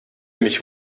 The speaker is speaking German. mich